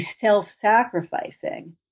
self-sacrificing